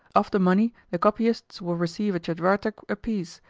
of the money the copyists will receive a tchetvertak apiece,